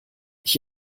ich